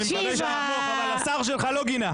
אני מקווה שתתמוך אבל השר שלך לא גינה.